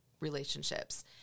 relationships